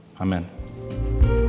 amen